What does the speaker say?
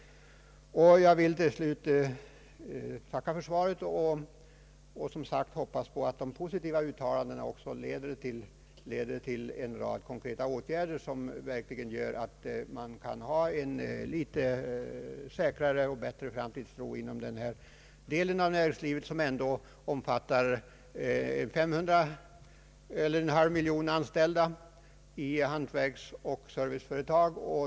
Till sist tackar jag än en gång för svaret. Jag hoppas som sagt att de positiva uttalandena också leder till en rad konkreta åtgärder, så att man verkligen kan hysa en säkrare och bättre framtidstro inom denna del av näringslivet, som ändå omfattar en halv miljon anställda i hantverksoch serviceföretag.